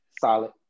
Solid